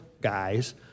guys